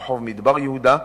ברחוב מדבר-יהודה,